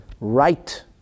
right